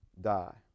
die